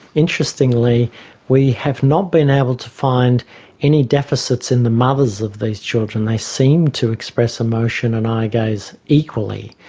interestingly we have not been able to find any deficits in the mothers of these children. they seem to express emotion and eye gaze equally.